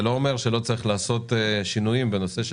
זה לא אומר שלא צריך לעשות שינויים בנושא של